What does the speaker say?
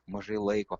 mažai laiko